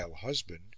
husband